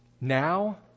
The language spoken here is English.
now